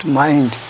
mind